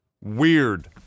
weird